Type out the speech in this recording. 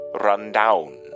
run-down